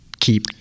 keep